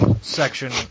section